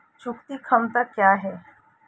चुकौती क्षमता क्या है?